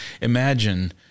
imagine